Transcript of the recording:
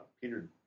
Peter